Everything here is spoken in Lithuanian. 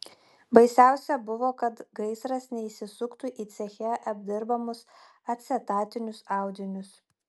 baisiausia buvo kad gaisras neįsisuktų į ceche apdirbamus acetatinius audinius